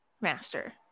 master